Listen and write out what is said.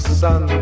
sun